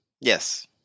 Yes